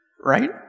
right